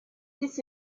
this